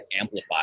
amplify